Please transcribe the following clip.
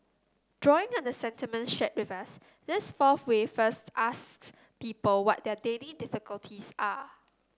drawing on the sentiments shared with us this fourth way first asks people what their daily difficulties are